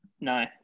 No